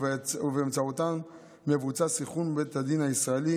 ובאמצעותן מבוצע סנכרון בין הדין הישראלי